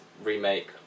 remake